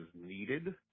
needed